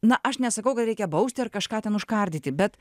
na aš nesakau kad reikia bausti ar kažką ten užkardyti bet